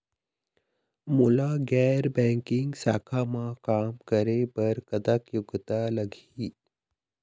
मोला गैर बैंकिंग शाखा मा काम करे बर कतक योग्यता लगही?